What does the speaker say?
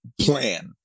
plan